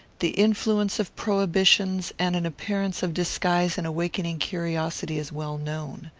the influence of prohibitions and an appearance of disguise in awakening curiosity is well known.